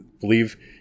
believe